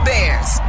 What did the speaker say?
Bears